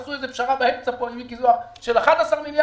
עשו איזו פשרה עם מיקי זוהר על 11 מיליארד.